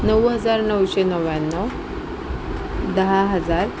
नऊ हजार नऊशे नव्याण्णव दहा हजार